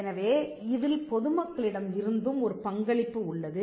எனவே இதில் பொதுமக்களிடம் இருந்தும் ஒரு பங்களிப்பு உள்ளது